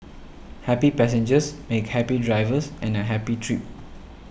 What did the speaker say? happy passengers make happy drivers and a happy trip